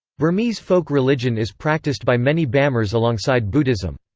burmese folk religion is practiced by many bamars alongside buddhism.